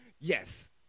Yes